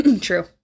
True